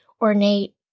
ornate